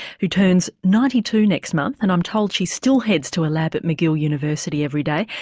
who turns ninety two next month and i'm told she still heads to a lab at mcgill university every day.